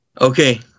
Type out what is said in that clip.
Okay